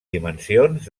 dimensions